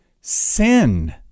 sin